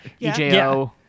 EJO